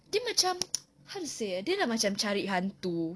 dia macam how to say ah dia sudah macam cari hantu